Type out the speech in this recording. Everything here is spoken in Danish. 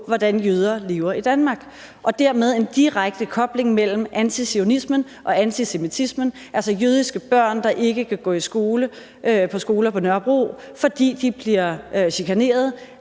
hvordan jøder lever i Danmark, og dermed en direkte kobling mellem antizionismen og antisemitismen, altså jødiske børn, der ikke kan gå i skole på skoler på Nørrebro, fordi de bliver chikaneret